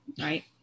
Right